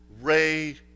ray –